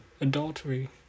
adultery